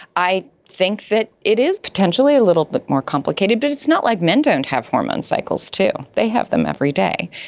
i think that it is potentially a little bit more complicated but it's not like men don't have hormone cycles too, they have them every day.